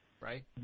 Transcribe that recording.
Right